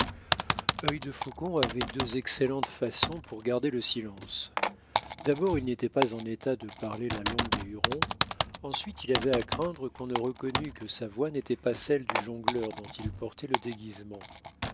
visite œil de faucon avait deux excellentes faisons pour garder le silence d'abord il n'était pas en état de parler la langue des hurons ensuite il avait à craindre qu'on ne reconnût que sa voix n'était pas celle du jongleur dont il portait le déguisement